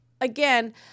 again